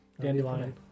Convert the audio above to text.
Dandelion